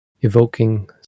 evoking